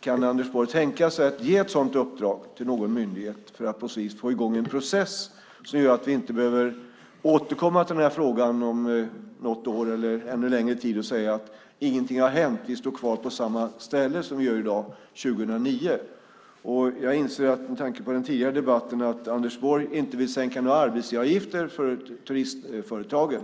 Kan Anders Borg tänka sig att ge ett sådant uppdrag till någon myndighet för att på så vis få i gång en process som gör att vi inte behöver återkomma till den här frågan om något år eller ännu längre tid och säga att ingenting har hänt och vi står kvar på samma ställe som vi gör i dag 2009? Jag inser med tanke på den tidigare debatten att Anders Borg inte vill sänka några arbetsgivaravgifter för turistföretagen.